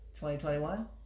2021